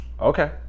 Okay